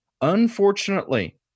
Unfortunately